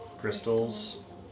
crystals